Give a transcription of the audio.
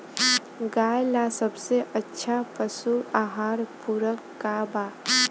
गाय ला सबसे अच्छा पशु आहार पूरक का बा?